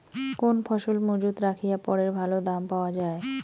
কোন ফসল মুজুত রাখিয়া পরে ভালো দাম পাওয়া যায়?